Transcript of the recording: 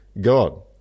God